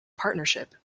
partnership